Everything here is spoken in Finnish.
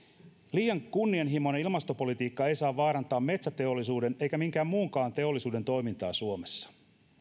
liian kunnianhimoinen ilmastopolitiikka ei saa vaarantaa metsäteollisuuden eikä minkään muunkaan teollisuuden toimintaa suomessa